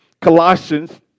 Colossians